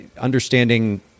understanding